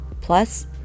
Plus